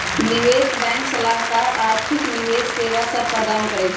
निवेश बैंक सलाहकार आर्थिक निवेश सेवा सभ प्रदान करइ छै